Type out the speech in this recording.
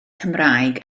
cymraeg